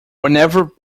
whenever